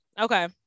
Okay